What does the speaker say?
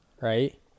right